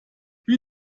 wie